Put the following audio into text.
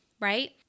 right